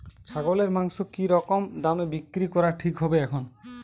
ছাগলের মাংস কী রকম দামে বিক্রি করা ঠিক হবে এখন?